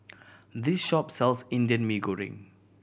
this shop sells Indian Mee Goreng